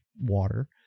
water